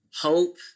hope